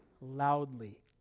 loudly